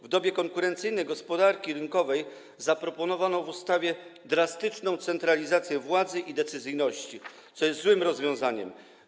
W dobie konkurencyjnej gospodarki rynkowej zaproponowano w ustawie drastyczną centralizację władzy i decyzyjności, co jest złym rozwiązaniem.